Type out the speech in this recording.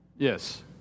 yes